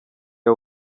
aho